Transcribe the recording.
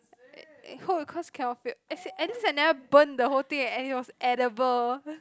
eh home-econs cannot fail as in at least I never burn the whole thing and and it was edible